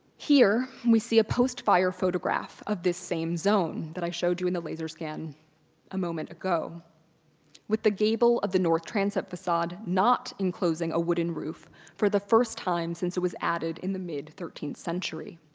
here, we see a post fire photograph of this same zone that i showed you in the laser scan a moment ago ago with the gable of the north transept facade not enclosing a wooden roof for the first time since it was added in the mid thirteenth century.